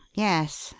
yes!